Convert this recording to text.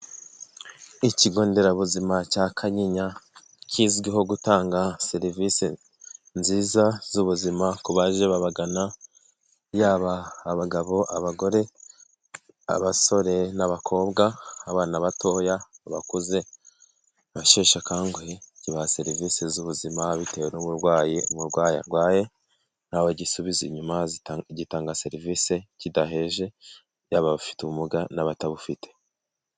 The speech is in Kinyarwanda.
Ikigo nderabuzima cya kanyinya kizwiho gutanga serivisi nziza z'ubuzima ku baje babagana, yaba abagabo, abagore, abasore n'abakobwa, abana batoya, abakuze, abashyeshye akanguhe kibaha serivisi z'ubuzima bitewe n'uburwayi umurwayi arwaye ntawe gisubiza inyuma, gitanga serivisi kidaheje y'aba abafite ubumuga n'abatabufite.